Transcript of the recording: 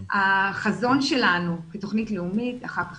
החזון שלנו כתוכנית לאומית אחר כך,